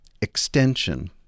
extension